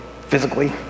physically